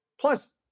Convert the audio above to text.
plus